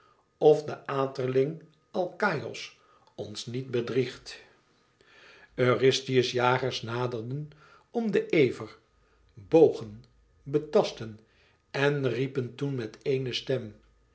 of de aterling alkaïos ons niet bedriegt eurystheus jagers naderden om den ever bogen betastten en riepen toen met ééne stem